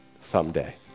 someday